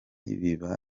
biba